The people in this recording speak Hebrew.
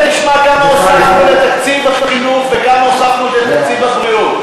תשמע כמה הוספנו לתקציב החינוך וכמה הוספנו לתקציב הבריאות.